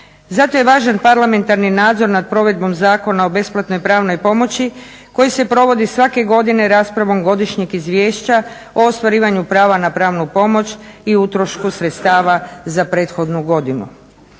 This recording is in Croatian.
Zato je važan parlamentarni nadzor nad provedbom Zakona o besplatnoj pravnoj pomoći koji se provodi svake godine raspravom Godišnjeg izvješća o ostvarivanju prava na pravnu pomoć i utrošku sredstava za prethodnu godinu.